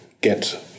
get